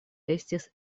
estis